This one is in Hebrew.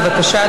בבקשה,